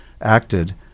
acted